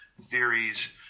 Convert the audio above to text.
theories